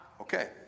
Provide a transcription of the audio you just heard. Okay